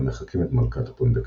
המחקים את מלכת הפונדקאי.